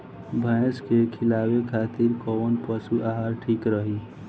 भैंस के खिलावे खातिर कोवन पशु आहार ठीक रही?